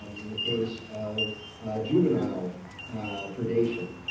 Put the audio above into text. um in the case of juvenile probation,